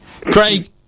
Craig